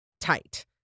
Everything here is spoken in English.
tight